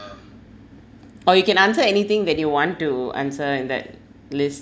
or you can answer anything that you want to answer in that list